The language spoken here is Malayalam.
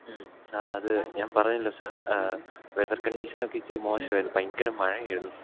മ്മ് സാർ അത് ഞാൻ പറഞ്ഞുവല്ലോ സാർ വെതർ കണ്ടീഷനൊക്കെ ഇത്തിരി മോശമായിരുന്നു ഭയങ്കരം മഴയായിരുന്നു